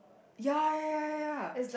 ya ya ya ya ya